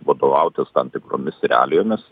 vadovautis tam tikromis realijomis